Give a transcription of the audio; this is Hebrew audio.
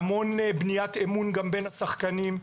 בבניית אמון גם בין השחקנים,